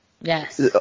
Yes